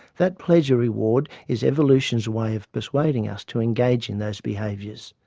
that pleasure reward is evolution's way of persuading us to engage in those behaviours,